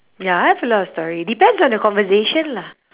ya I have a lot of story depends on the conversation lah